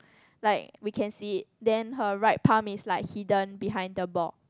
like we can see it then her right pound is like hidden behind the ball